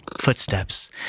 Footsteps